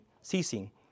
Ceasing